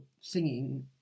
singing